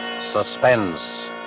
Suspense